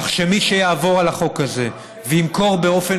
כך שמי שיעבור על החוק הזה וימכור באופן